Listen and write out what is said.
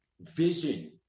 vision